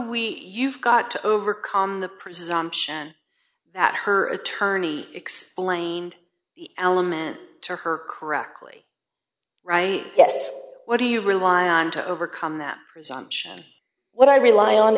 we you've got to overcome the presumption that her attorney explained element to her correctly right yes what do you rely on to overcome that presumption what i rely on